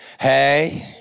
Hey